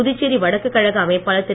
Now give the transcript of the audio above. புதுச்சேரி வடக்கு கழக அமைப்பாளர் திரு